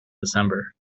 december